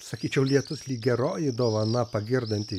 sakyčiau lietus lyg geroji dovana pagirdanti